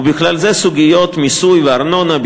ובכלל זה סוגיות מיסוי וארנונה,